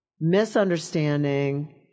misunderstanding